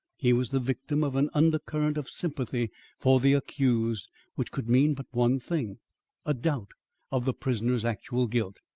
he was the victim of an undercurrent of sympathy for the accused which could mean but one thing a doubt of the prisoner's actual guilt.